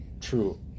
true